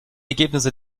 ergebnisse